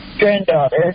Granddaughter